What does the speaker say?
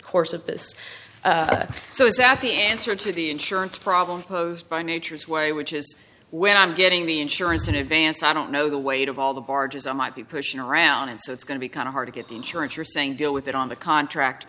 course of this so is that the answer to the insurance problem posed by nature's way which is when i'm getting the insurance in advance i don't know the weight of all the charges i might be pushing around and so it's going to be kind of hard to get the insurance you're saying deal with it on the contract